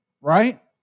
right